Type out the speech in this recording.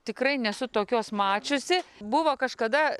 tikrai nesu tokios mačiusi buvo kažkada